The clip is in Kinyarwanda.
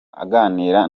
aganira